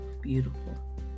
beautiful